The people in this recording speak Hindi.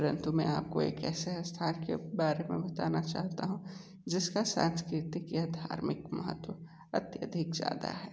परंतु मैं आपको एक ऐसे स्थान के बारे में बताना चाहता हूँ जिसका संस्कृतिज्ञ धार्मिक महत्व अत्यधिक ज़्यादा है